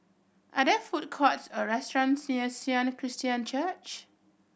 are there food courts or restaurants near Sion Christian Church